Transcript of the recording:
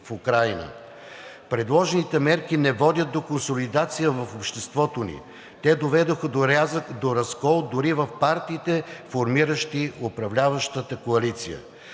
Предложените мерки не водят до консолидация в обществото ни. Те доведоха до разкол дори в партиите, формиращи управляващата коалиция.